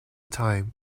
time